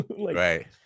right